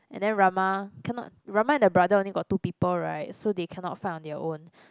and then Rahma cannot Rahma and the brother only got two people right so they cannot fight on their own